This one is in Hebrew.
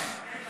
תודה רבה.